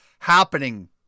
happening